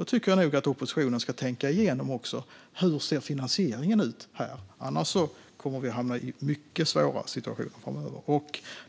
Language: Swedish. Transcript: ett tillkännagivande även ska tänka igenom hur finansieringen ser ut. Annars kommer vi att hamna i mycket svåra situationer framöver.